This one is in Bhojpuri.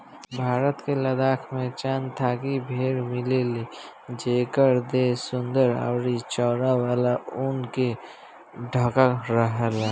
भारत के लद्दाख में चांगथांगी भेड़ मिलेली जेकर देह सुंदर अउरी चौड़ा वाला ऊन से ढकल रहेला